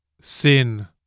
Sin